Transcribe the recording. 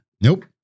Nope